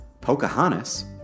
Pocahontas